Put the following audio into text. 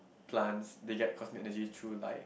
plants they get cosmic energy through light